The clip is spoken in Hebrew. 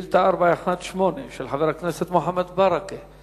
חבר הכנסת חיים אמסלם שאל את שר